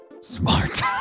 smart